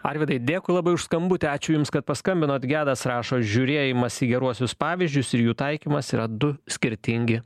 arvydai dėkui labai už skambutį ačiū jums kad paskambinot gedas rašo žiūrėjimas į geruosius pavyzdžius ir jų taikymas yra du skirtingi